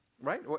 Right